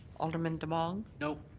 alderman demong. no.